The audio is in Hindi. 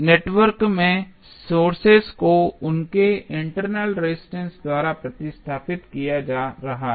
नेटवर्क में सोर्सेज को उनके इंटरनल रेजिस्टेंस द्वारा प्रतिस्थापित किया जा रहा है